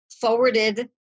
forwarded